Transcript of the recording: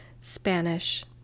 Spanish